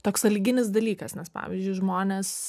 toks sąlyginis dalykas nes pavyzdžiui žmonės